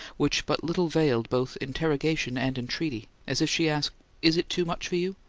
which but little veiled both interrogation and entreaty as if she asked is it too much for you?